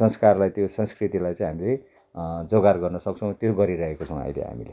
संस्कारलाई त्यो संस्कृतिलाई चाहिँ हामीले जोगाड गर्न सक्छौँ त्यो गरिरहेको छौँ अहिले हामीले